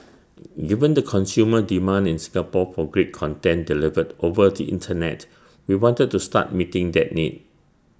given the consumer demand in Singapore for great content delivered over the Internet we wanted to start meeting that need